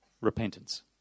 repentance